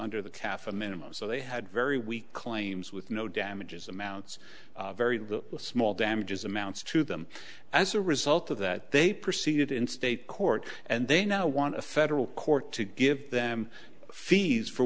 under the calf a minimum so they had very weak claims with no damages amounts very little small damages amounts to them as a result of that they proceeded in state court and they now want a federal court to give them fees for